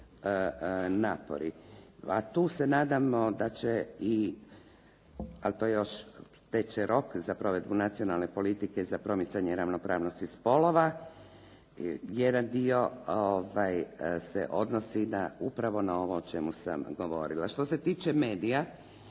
napori. A tu se nadamo da će i ali to još teče rok za provedbu Nacionalne politike za promicanje ravnopravnosti spolova. Jedan dio se odnosi upravo na ovo o čemu sam govorila. Što se tiče medija